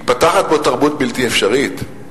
מתפתחת פה תרבות בלתי אפשרית.